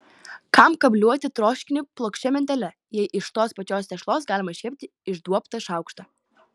kam kabliuoti troškinį plokščia mentele jei iš tos pačios tešlos galima iškepti išduobtą šaukštą